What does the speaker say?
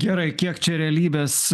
gerai kiek čia realybės